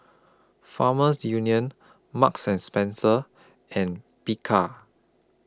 Farmers Union Marks and Spencer and Bika